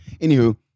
Anywho